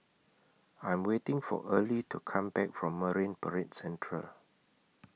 I'm waiting For Early to Come Back from Marine Parade Central